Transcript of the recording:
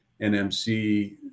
NMC